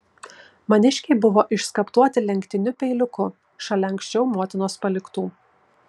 maniškiai buvo išskaptuoti lenktiniu peiliuku šalia anksčiau motinos paliktų